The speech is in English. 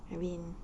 I mean